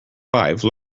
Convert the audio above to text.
five